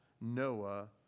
Noah